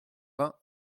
vingt